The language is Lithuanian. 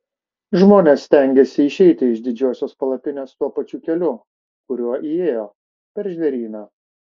žmonės stengiasi išeiti iš didžiosios palapinės tuo pačiu keliu kuriuo įėjo per žvėryną